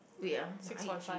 wait ah my eye itchy